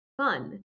fun